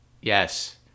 Yes